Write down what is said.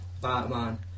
Batman